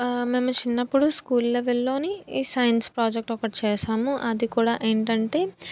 మేము చిన్నప్పుడు స్కూల్ లెవెల్లో ఈ సైన్స్ ప్రాజెక్ట్ ఒకటి చేశాము అది కూడా ఏంటంటే